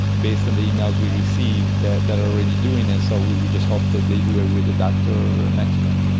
based on the emails we received, that that are already doing this, and so we we just hope that they do it with a doctor next to them.